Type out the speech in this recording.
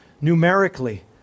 numerically